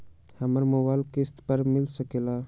हमरा मोबाइल किस्त पर मिल सकेला?